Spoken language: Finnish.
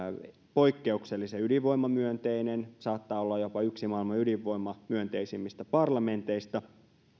poikkeuksellisen ydinvoimamyönteinen saattaa olla jopa yksi maailman ydinvoimamyönteisimmistä parlamenteista